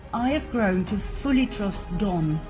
i have grown to fully trust don,